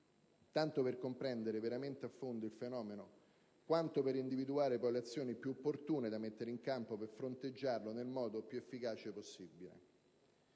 tanto per comprendere veramente a fondo il fenomeno quanto per individuare poi le azioni più opportune da mettere in campo per fronteggiarlo nel modo più efficace possibile.